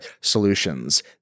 solutions